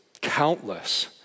countless